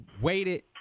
waited